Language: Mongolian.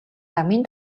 замын